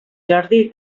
jordi